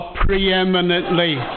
preeminently